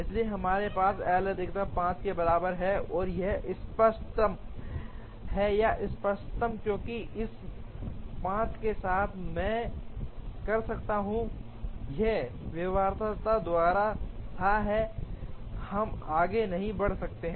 इसलिए हमारे पास एल अधिकतम 5 के बराबर है और यह इष्टतम है या इष्टतम क्योंकि इस 5 के साथ मैं कर सकता हूं यह व्यवहार्यता द्वारा थाह है हम आगे नहीं बढ़ सकते हैं